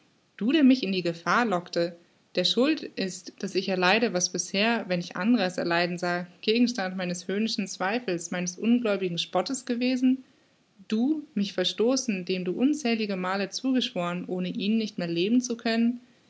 du der mich in die gefahr lockte der schuld ist daß ich erleide was bisher wenn ich andere es erleiden sah gegenstand meines höhnischen zweifels meines ungläubigen spottes gewesen du mich verstoßen dem du unzähligemale zugeschworen ohne ihn nicht mehr leben zu können